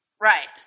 right